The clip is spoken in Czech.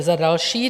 Za další.